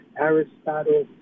Aristotle